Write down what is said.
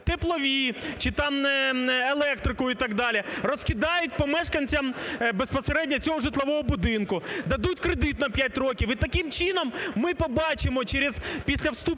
теплові чи там електрику і так далі, розкидають по мешканцях безпосередньо цього житлового будинку дадуть кредит на п'ять років. І таким чином, ми побачимо через… після вступу